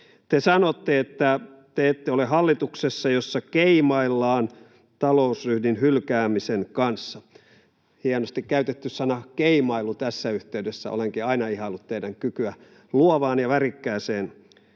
Te sanoitte, että te ette ole hallituksessa, jossa ”keimaillaan” talousryhdin hylkäämisen kanssa. Hienosti käytetty sanaa ”keimailu” tässä yhteydessä. Olenkin aina ihaillut teidän kykyänne suomen kauniin kielen